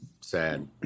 Sad